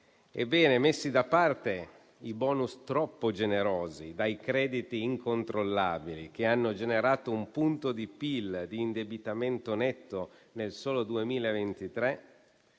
Ebbene, messi da parte i *bonus* troppo generosi e dai crediti incontrollabili, che hanno generato un punto di PIL di indebitamento netto nel solo 2023,